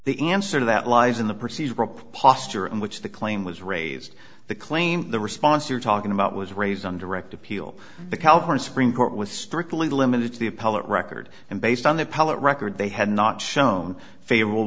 the answer to that lies in the procedure or a posture in which the claim was raised the claim the response you're talking about was raised on direct appeal the california supreme court was strictly limited to the appellate record and based on the palate record they had not shown favorable